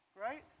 Right